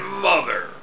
mother